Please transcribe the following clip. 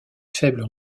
faible